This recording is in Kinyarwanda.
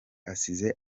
asize